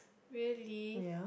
really